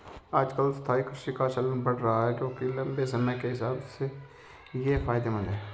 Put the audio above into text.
आजकल स्थायी कृषि का चलन बढ़ रहा है क्योंकि लम्बे समय के हिसाब से ये फायदेमंद है